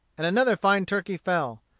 and another fine turkey fell.